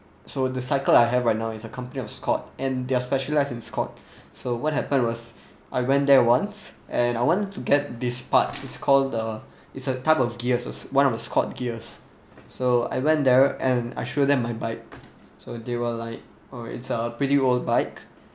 so the cycle I have right now is a company of scott and they are specialize in scott so what happened was I went there once and I want to get this part is called the is a type of gears it's one of the scott gears so I went there and I show them my bike so they were like oh it's a pretty old bike